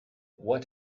what